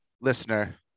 listener